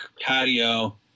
patio